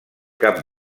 cap